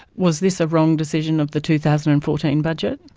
was this a wrong decision of the two thousand and fourteen budget?